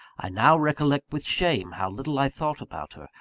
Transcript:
i now recollect with shame how little i thought about her,